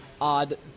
odd